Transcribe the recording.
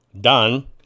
done